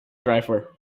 driver